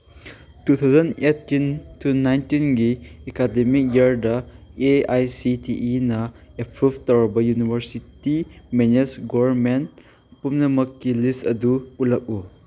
two thousand eighteen to ꯅꯥꯏꯟꯇꯤꯟꯒꯤ academic ꯏꯌꯔꯗ A I C T ꯏꯅ ꯑꯦꯄ꯭ꯔꯨꯞ ꯇꯧꯔꯕ ꯌꯨꯅꯤꯚꯔꯁꯤꯇꯤ ꯃꯦꯅꯦꯁ ꯒꯣꯔꯃꯦꯟ ꯄꯨꯝꯅꯃꯛꯀꯤ ꯂꯤꯁ ꯑꯗꯨ ꯎꯠꯂꯛꯎ